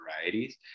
varieties